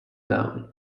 down